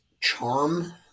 charm